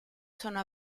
sono